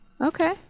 Okay